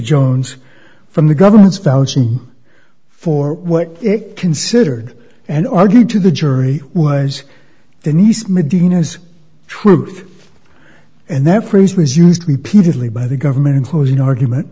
jones from the government's vouching for what it considered and argue to the jury was the nice medina's truth and that phrase was used repeatedly by the government in closing argument